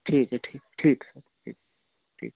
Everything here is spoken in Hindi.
ठीक है ठीक ठीक ठीक ठीक